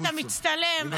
אה, אתה מצטלם.